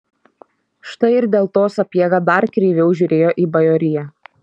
štai ir dėl to sapiega dar kreiviau žiūrėjo į bajoriją